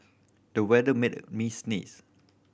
the weather made me sneeze